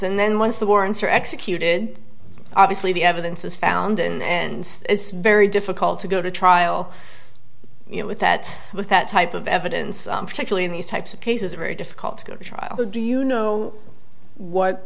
and then once the warrants are executed obviously the evidence is found and it's very difficult to go to trial you know with that with that type of evidence particularly in these types of cases very difficult to go to trial do you know what